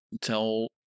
tell